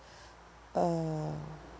uh